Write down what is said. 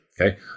Okay